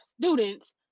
students